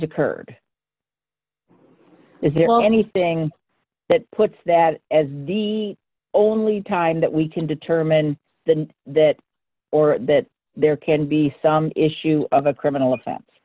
occurred is there anything that puts that as the only time that we can determine than that or that there can be some issue of a criminal o